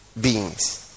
beings